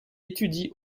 étudie